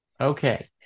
Okay